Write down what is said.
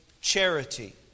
charity